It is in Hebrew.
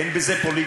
אין בזה פוליטיקה.